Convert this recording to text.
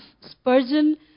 Spurgeon